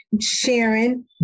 Sharon